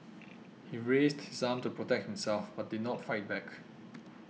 he raised his arm to protect himself but did not fight back